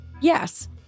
yes